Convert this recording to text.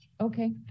Okay